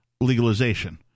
legalization